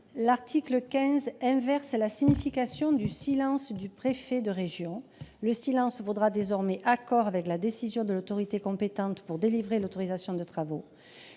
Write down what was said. L'article 15 inverse la signification du silence du préfet de région ; celui-ci vaudra désormais approbation de la décision de l'autorité compétente pour délivrer l'autorisation de travaux.